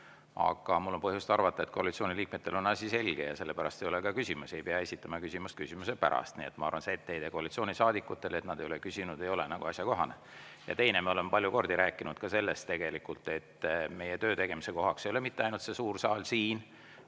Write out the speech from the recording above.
Aga mul on põhjust arvata, et koalitsiooni liikmetel on asi selge ja sellepärast ei ole ka küsimusi. Ei pea esitama küsimust küsimise pärast. Nii et ma arvan, et etteheide koalitsioonisaadikutele selle pärast, et nad pole küsinud, ei ole asjakohane. Teiseks, me oleme palju kordi rääkinud ka sellest, et meie töö tegemise koht ei ole mitte ainult see suur saal siin,